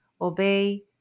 obey